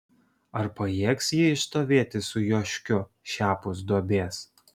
ar pajėgs ji išstovėti su joškiu šiapus duobės